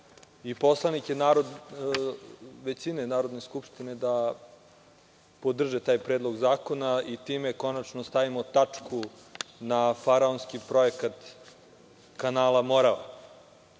poslanike većine Narodne skupštine da podrže taj predlog zakona i time konačno stavimo tačku na faraonski projekat kanala „Morava“.Pošto